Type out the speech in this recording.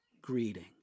greeting